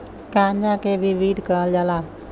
गांजा के भी वीड कहल जाला